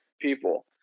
people